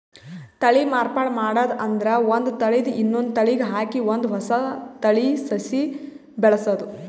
ತಳಿ ಮಾರ್ಪಾಡ್ ಮಾಡದ್ ಅಂದ್ರ ಒಂದ್ ತಳಿದ್ ಇನ್ನೊಂದ್ ತಳಿಗ್ ಹಾಕಿ ಒಂದ್ ಹೊಸ ತಳಿ ಸಸಿ ಬೆಳಸದು